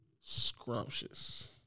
scrumptious